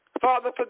Father